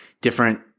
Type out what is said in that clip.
different